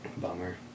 Bummer